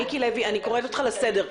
מיקי לוי, אני קוראת אותך לסדר.